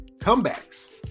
comebacks